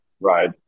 Right